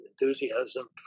enthusiasm